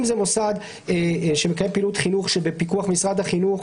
אם זה מוסד שמקיים פעילות חינוך שבפיקוח משרד החינוך,